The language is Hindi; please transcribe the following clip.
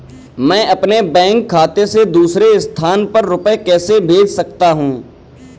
मैं अपने बैंक खाते से दूसरे स्थान पर रुपए कैसे भेज सकता हूँ?